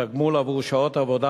דברי תשובה: התגמול עבור שעות עבודה